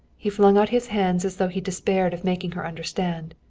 he flung out his hands as though he despaired of making her understand.